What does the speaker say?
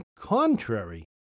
contrary